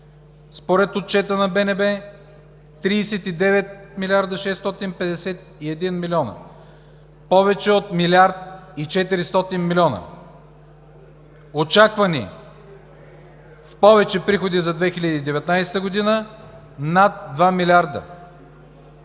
Според отчета на БНБ – 39 млрд. 651 млн. Повече от милиард и 400 милиона. Очаквани в повече приходи за 2019 г. – над 2 милиарда.